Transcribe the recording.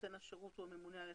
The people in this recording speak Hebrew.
כנ"ל עם אתרי האינטרנט.